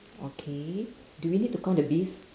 okay do we need to count the bees